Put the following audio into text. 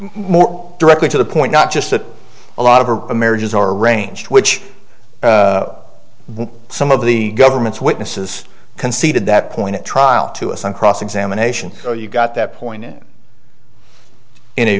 more directly to the point not just that a lot of her marriage is or arranged which some of the government's witnesses conceded that point at trial to us on cross examination so you got that point in